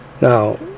Now